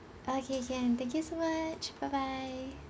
okay can thank you so much bye bye